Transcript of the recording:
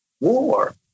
War